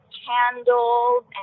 candles